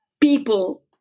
people